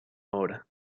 hora